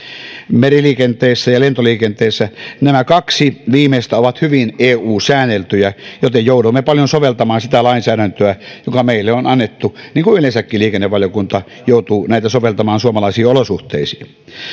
meriliikenteessä ja lentoliikenteessä nämä kaksi viimeistä ovat hyvin eu säänneltyjä joten joudumme paljon soveltamaan sitä lainsäädäntöä joka meille on annettu niin kuin yleensäkin liikennevaliokunta joutuu näitä soveltamaan suomalaisiin olosuhteisiin